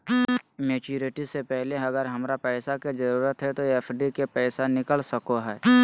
Maturity से पहले अगर हमरा पैसा के जरूरत है तो एफडी के पैसा निकल सको है?